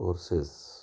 courses